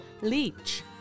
leech，